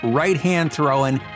right-hand-throwing